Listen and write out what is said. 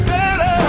better